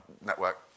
network